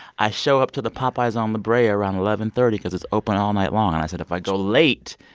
i show up to the popeyes on la brea around eleven thirty cause it's open all night long. and i said if i go late,